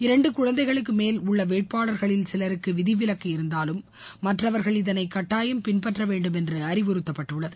இரண்டு குழந்தைகளுக்கு மேல் உள்ள வேட்பாளர்களில் சிலருக்கு விதி விலக்கு இருந்தாலும் மற்றவர்கள் இதனை கட்டாயம் பின்பற்ற வேண்டும் என்று அறிவுறுத்தப்பட்டுள்ளது